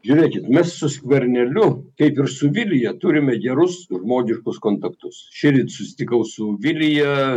žiūrėkit mes su skverneliu kaip ir su vilija turime gerus žmogiškus kontaktus šįryt susitikau su vilija